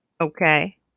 Okay